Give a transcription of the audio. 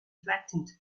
flattened